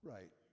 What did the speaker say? Right